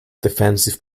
defensive